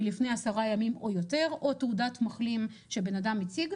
גנס ראש מטה בריאות הציבור,